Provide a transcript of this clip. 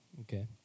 Okay